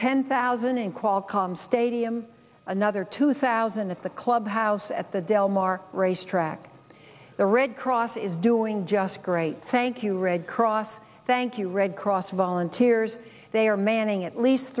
qualcomm stadium another two thousand is the clubhouse at the del mar racetrack the red cross is doing just great thank you red cross thank you red cross volunteers they are manning at least